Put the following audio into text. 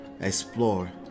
explore